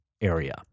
area